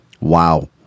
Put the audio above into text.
Wow